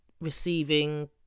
receiving